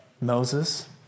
Moses